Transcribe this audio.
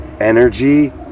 energy